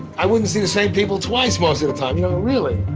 i wouldn't see the same people twice. most of the time. not really